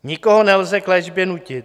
Nikoho nelze k léčbě nutit.